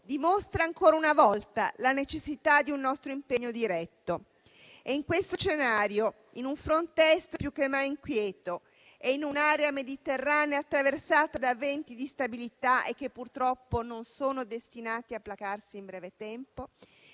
dimostra ancora una volta la necessità di un nostro impegno diretto. È in questo scenario, in un *front test* più che mai inquieto e in un'area mediterranea attraversata da venti di instabilità e che purtroppo non sono destinati a placarsi in breve tempo,